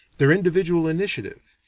their individual initiative,